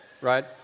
right